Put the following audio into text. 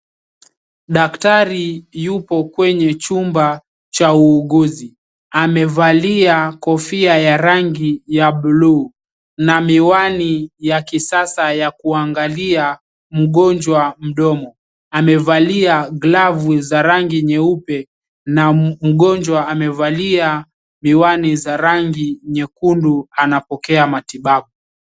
Daktari yupo kwenye chumba cha uuguzi. Amevalia kofia ya rangi ya blue na miwani ya kisasa ya kuangalia mgonjwa mdomo. Amevalia glavu za rangi nyeupe na mgonjwa amevalia miwani za rangi nyekundu. Anapokea matibabu.